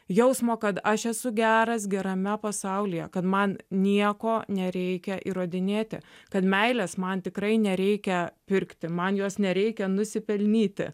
jausmo kad aš esu geras gerame pasaulyje kad man nieko nereikia įrodinėti kad meilės man tikrai nereikia pirkti man jos nereikia nusipelnyti